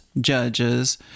judges